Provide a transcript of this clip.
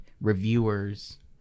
reviewers